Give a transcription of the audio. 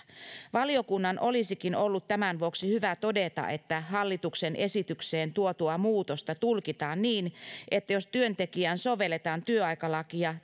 valiokunnan olisikin ollut tämän vuoksi hyvä todeta että hallituksen esitykseen tuotua muutosta tulkitaan niin että jos työntekijään sovelletaan työaikalakia